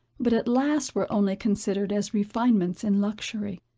but at last were only considered as refinements in luxury.